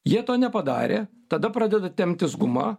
jie to nepadarė tada pradeda temptis guma